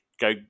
go